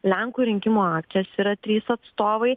lenkų rinkimų akcijos yra trys atstovai